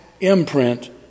imprint